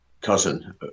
cousin